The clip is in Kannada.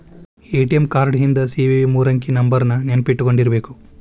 ಎ.ಟಿ.ಎಂ ಕಾರ್ಡ್ ಹಿಂದ್ ಸಿ.ವಿ.ವಿ ಮೂರಂಕಿ ನಂಬರ್ನ ನೆನ್ಪಿಟ್ಕೊಂಡಿರ್ಬೇಕು